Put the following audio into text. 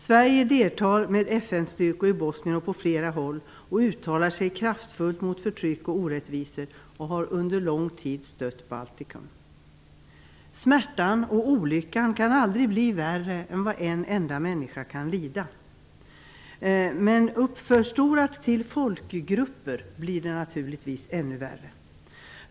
Sverige deltar med FN-styrkor i Bosnien och på flera andra håll och uttalar sig kraftfullt mot förtryck och orättvisor. Dessutom har Sverige under lång tid stött Baltikum. Smärtan och olyckan kan aldrig bli värre än vad en enda människa kan lida. Uppförstorat till att gälla folkgrupper blir det naturligtvis ännu värre.